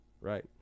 right